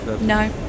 no